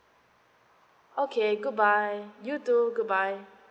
okay goodbye you too goodbye